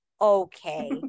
okay